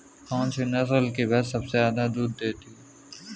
कौन सी नस्ल की भैंस सबसे ज्यादा दूध देती है?